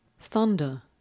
Thunder